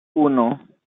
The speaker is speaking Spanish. uno